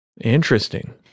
Interesting